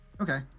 Okay